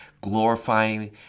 glorifying